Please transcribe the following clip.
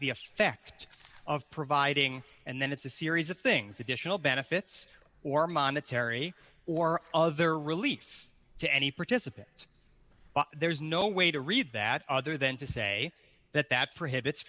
the effect of providing and then it's a series of things additional benefits or monetary or other relief to any participant but there's no way to read that other than to say that that prohibits